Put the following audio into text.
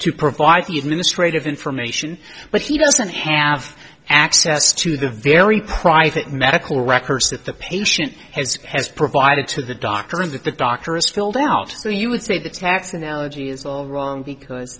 to provide the administrative information but he doesn't have access to the very private medical records that the patient has has provided to the doctor and that the doctor is filled out so you would say the tax analogy is all wrong because